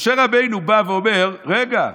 משה רבנו בא ואומר: רגע,